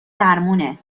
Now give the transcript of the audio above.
درمونه